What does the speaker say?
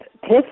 test